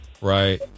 Right